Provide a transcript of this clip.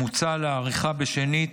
מוצע להאריכה שנית,